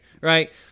Right